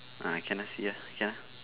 ah can lah see ah okay lah